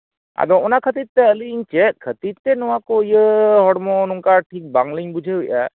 ᱟᱫᱚ ᱚᱱᱟ ᱠᱷᱟᱹᱛᱤᱨ ᱛᱮ ᱟᱹᱞᱤᱧ ᱪᱮᱫ ᱠᱷᱟᱹᱛᱤᱨ ᱛᱮ ᱱᱚᱣᱟ ᱠᱚ ᱤᱭᱟᱹ ᱦᱚᱲᱢᱚ ᱱᱚᱝᱠᱟ ᱴᱷᱤᱠ ᱵᱟᱝᱞᱤᱧ ᱵᱩᱡᱷᱟᱹᱣᱮᱫᱼᱟ